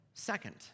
Second